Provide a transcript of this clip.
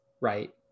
right